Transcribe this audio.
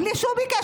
בלי שהוא ביקש.